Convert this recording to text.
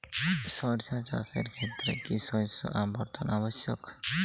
সরিষা চাষের ক্ষেত্রে কি শস্য আবর্তন আবশ্যক?